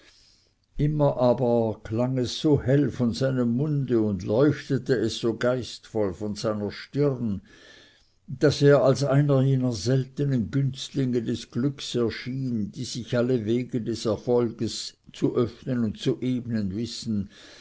immer aber klang es so hell von seinem munde und leuchtete es so geistvoll von seiner stirn daß er als einer jener seltenen günstlinge des glückes erschien die sich alle wege des erfolges zu öffnen und zu ebnen wissen